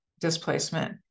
displacement